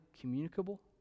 communicable